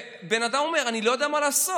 הבן אדם אומר: אני לא יודע מה לעשות.